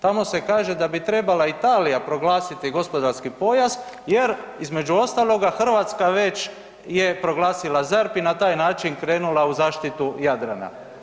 Tamo se kaže da bi trebala Italija proglasiti gospodarski pojas jer između ostaloga Hrvatska već je proglasila ZERP i na taj način krenula u zaštitu Jadrana.